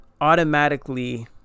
automatically